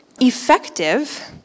effective